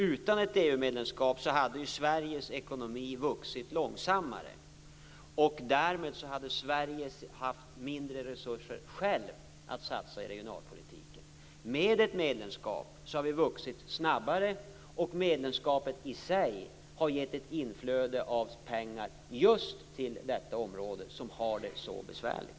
Utan ett EU-medlemskap hade den ekonomiska tillväxten i Sverige varit långsammare, och därmed hade Sverige haft mindre resurser självt att satsa på regionalpolitiken. Med ett medlemskap har det varit en snabbare tillväxt, och medlemskapet i sig har gett ett inflöde av pengar just till detta område, som har det så besvärligt.